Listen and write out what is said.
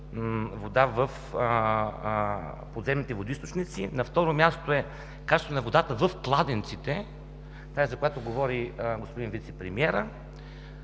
вода в подземните водоизточници, на второ място е качеството на водата в кладенците, тази, за която говори господин Вицепремиерът.